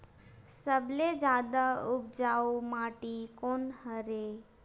सबले जादा उपजाऊ माटी कोन हरे?